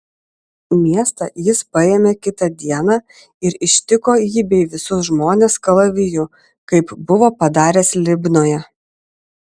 miestą jis paėmė kitą dieną ir ištiko jį bei visus žmones kalaviju kaip buvo padaręs libnoje